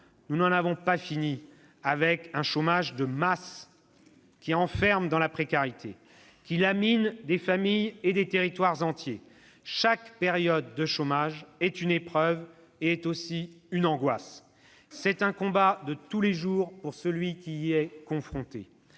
nous n'en avons pas fini avec un chômage de masse qui enferme dans la précarité, qui lamine des familles et des territoires. Chaque période de chômage est une épreuve, est une angoisse. C'est un combat de tous les jours pour celui qui y est confronté.